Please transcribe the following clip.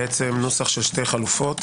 נוסח של שתי חלופות